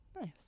Nice